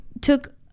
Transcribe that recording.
took